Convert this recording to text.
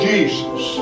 Jesus